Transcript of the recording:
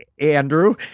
Andrew